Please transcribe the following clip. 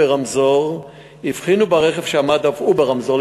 ברמזור הבחינו ברכב שעמד אף הוא ברמזור